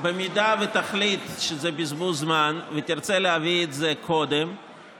אם תחליט שזה בזבוז זמן ותרצה להביא את זה קודם,